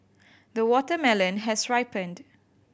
the watermelon has ripened